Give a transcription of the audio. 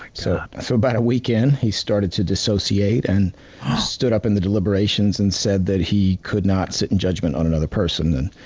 so so about a week in, he started to disassociate, and stood up in the deliberations and said that he could not sit in judgment on another person.